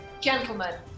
gentlemen